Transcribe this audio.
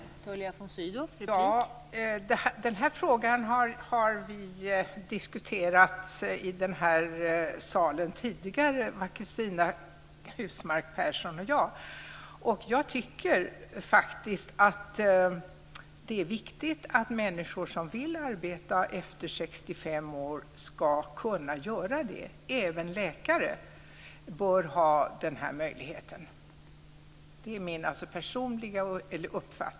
Fru talman! Den här frågan har Cristina Husmark Pehrsson och jag diskuterat tidigare i den här salen. Jag tycker faktiskt att det är viktigt att människor som vill arbeta efter 65 år ska kunna göra det. Även läkare bör ha denna möjlighet. Det är min personliga uppfattning.